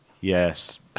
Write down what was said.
Yes